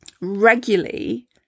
regularly